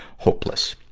hopeless.